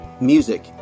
music